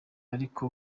ariko